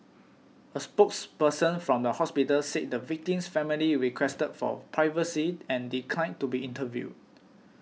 a spokesperson from the hospital said the victim's family requested for privacy and declined to be interviewed